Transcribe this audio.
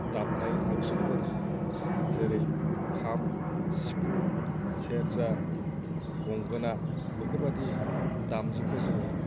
दामनाय आगजुफोर जेरै खाम सिफुं सेरजा गंगोना बेफोरबादि दामजुखो जोङो